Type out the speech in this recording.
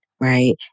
right